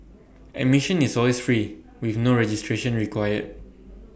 admission is always free with no registration required